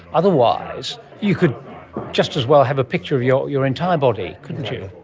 otherwise you could just as well have a picture of your your entire body, couldn't you.